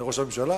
בהחלט,